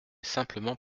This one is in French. simplement